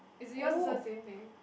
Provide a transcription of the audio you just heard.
is yours also a same thing